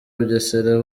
bugesera